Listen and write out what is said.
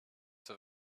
zur